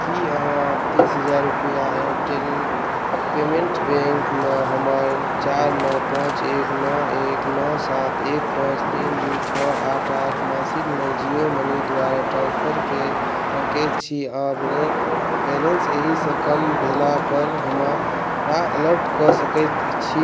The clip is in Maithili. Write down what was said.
की अहाँ तीस हजार रुपैआ एयरटेल पेमेन्ट्स बैँकमे हमर चारि नओ पाँच एक नओ एक नओ सात एक पाँच तीन दुइ छओ आठ आठ मासिकमे जिओ मनी द्वारा ट्रान्सफर कऽ सकै छी आओर बैलेन्स एहिसँ कम भेलापर हमरा एलर्ट कऽ सकै छी